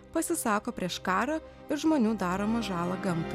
pasisako prieš karą ir žmonių daromą žalą gamtai